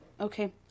okay